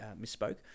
misspoke